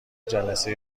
جلسه